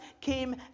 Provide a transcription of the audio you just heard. came